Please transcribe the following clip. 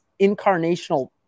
incarnational